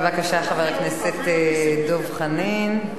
בבקשה, חבר הכנסת דב חנין,